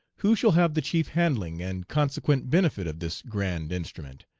who shall have the chief handling and consequent benefit of this grand instrument,